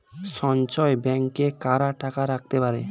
সঞ্চয় ব্যাংকে কারা টাকা রাখতে পারে?